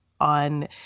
on